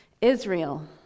Israel